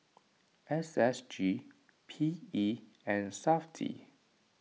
S S G P E and SAFTI